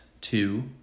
two